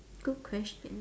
good question